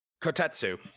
kotetsu